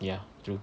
ya true